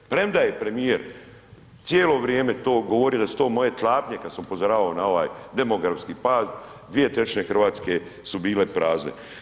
Premda je premijer cijelo vrijeme to govorio da su to moje klapnje kad sam upozoravao na ovaj demografski pad, 2/3 Hrvatske su bile prazne.